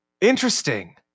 interesting